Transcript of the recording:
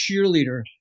cheerleader